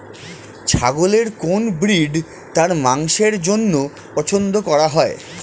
ছাগলের কোন ব্রিড তার মাংসের জন্য পছন্দ করা হয়?